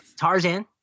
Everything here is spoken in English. Tarzan